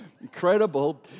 Incredible